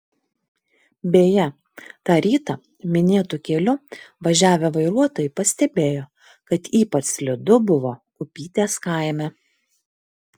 beje tą rytą minėtu keliu važiavę vairuotojai pastebėjo kad ypač slidu buvo upytės kaime